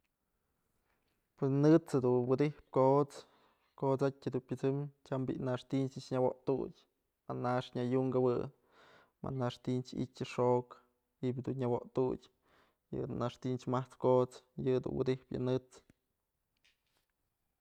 Pues nët's jedun widyjpë kot's, kot'sadyë jadun pyësëm tyam bi'i naxtiñ nëkx nyawotu'utyë më nax nya yunk jawëjë, ma nax tinchë ityën xokë ji'ib dun nya wotu'utyë yëdun naxtich mat'spë kot's, yëdun widyjpë yë net's.